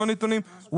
לא נתונים,